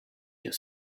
your